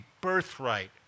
birthright